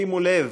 שימו לב,